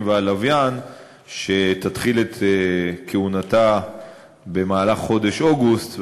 והלוויין שתתחיל את כהונתה במהלך חודש אוגוסט,